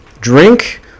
drink